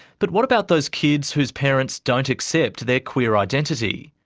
but what about those kids whose parents don't accept their queer identity?